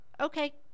okay